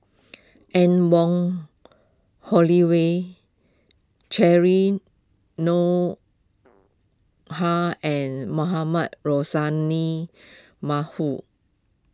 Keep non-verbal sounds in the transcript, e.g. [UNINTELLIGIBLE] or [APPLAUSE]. Anne Wong Holloway Cheryl [UNINTELLIGIBLE] and Mohamed Rozani [UNINTELLIGIBLE]